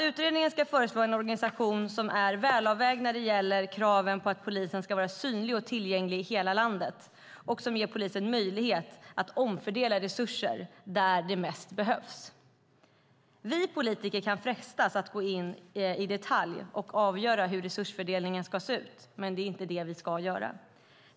Utredningen ska föreslå en organisation som är väl avvägd när det gäller kravet på att polisen ska vara synlig och tillgänglig i hela landet och som ger polisen möjlighet att omfördela resurser till där de mest behövs. Vi politiker kan frestas att gå in i detalj och avgöra hur resursfördelningen ska se ut. Men det är inte det vi ska göra.